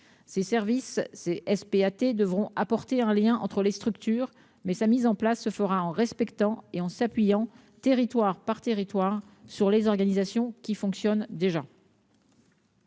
familiale. Les SPTA devront assurer un lien entre les structures, mais leur mise en place se fera en respectant et en s'appuyant, territoire par territoire, sur les organisations qui fonctionnent déjà.